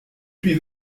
suis